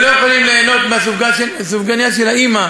ולא יכולים ליהנות מהסופגנייה של האימא